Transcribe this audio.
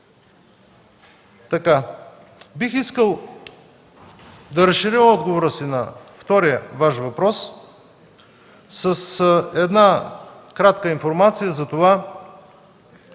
Бих искал да разширя отговора си на втория важен въпрос с една кратка информация за това